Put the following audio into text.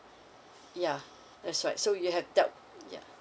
yeah that's right so you have doub~ yeah